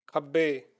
ਖੱਬੇ